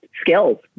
skills